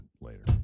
later